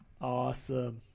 Awesome